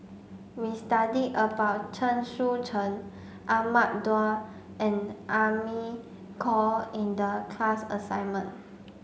we studied about Chen Sucheng Ahmad Daud and Amy Khor in the class assignment